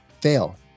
Fail